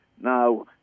Now